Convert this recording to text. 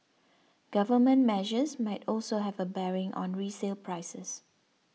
government measures might also have a bearing on resale prices